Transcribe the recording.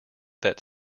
that